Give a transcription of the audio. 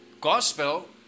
Gospel